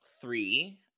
three